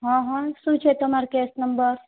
હં હં શું છે તમારો કેસ નંબર